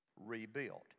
rebuilt